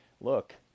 look